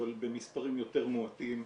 אבל במספרים יותר מועטים.